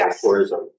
tourism